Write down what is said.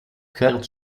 card